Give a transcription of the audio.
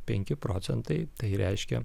penki procentai tai reiškia